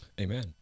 Amen